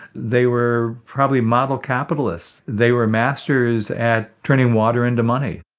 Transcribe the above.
they were probably model capitalists. they were masters at turning water into money